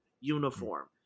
uniform